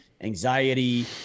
anxiety